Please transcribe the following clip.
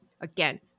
again